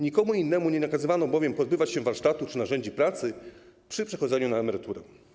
Nikomu innemu nie nakazywano pozbywać się warsztatu czy narzędzi pracy przy przechodzeniu na emeryturę.